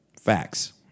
Facts